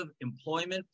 employment